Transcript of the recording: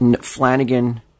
Flanagan